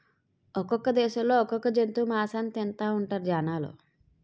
ఒక్కొక్క దేశంలో ఒక్కొక్క జంతువు మాసాన్ని తింతాఉంటారు జనాలు